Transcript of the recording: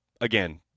Again